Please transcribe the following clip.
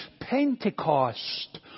Pentecost